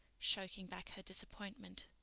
choking back her disappointment.